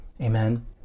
Amen